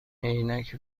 عینک